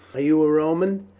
are you a roman?